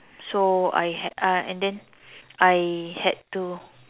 so I ha~ uh and then I had to